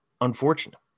unfortunate